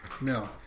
no